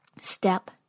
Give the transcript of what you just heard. step